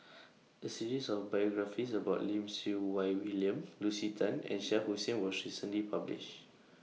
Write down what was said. A series of biographies about Lim Siew Wai William Lucy Tan and Shah Hussain was recently published